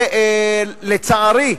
ולצערי,